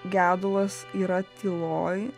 gedulas yra tyloj